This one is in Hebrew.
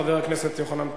חבר הכנסת יוחנן פלסנר.